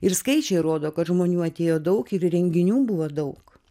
ir skaičiai rodo kad žmonių atėjo daug ir renginių buvo daug